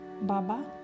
Baba